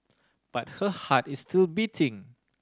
but her heart is still beating